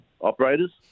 operators